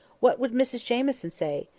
what would mrs jamieson say?